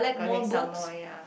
collect some more ya